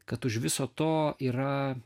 kad už viso to yra